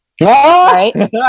right